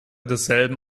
desselben